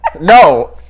No